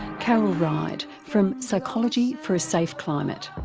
carol ride from psychology for a safe climate.